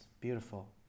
beautiful